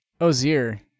Ozir